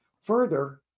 Further